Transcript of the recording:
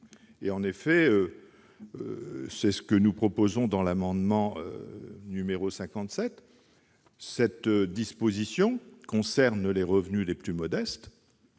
0 à 3,8 %. C'est ce que nous proposons dans l'amendement n° 57. Cette disposition, qui concerne les revenus les plus modestes,